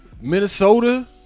Minnesota